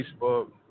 Facebook